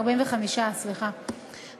ארבעים-וחמישה, סליחה.